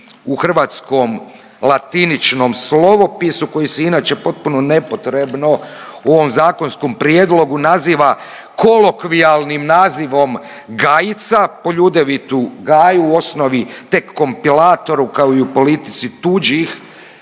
u hrvatskom latiničnom slovopisu koji se inače potpuno nepotrebno u ovom zakonskom prijedlogu naziva kolokvijalnim nazivom Gajica, po Ljudevitu Gaju, u osnovi tek kompilatoru, kao i u politici tuđih